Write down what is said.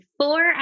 four